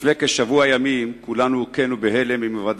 לפני כשבוע ימים כולנו הוכינו בהלם עם היוודע